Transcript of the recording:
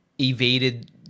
evaded